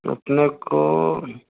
तो तो मेरे को